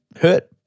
hurt